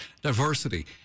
diversity